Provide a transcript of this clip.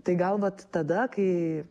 tai gal vat tada kai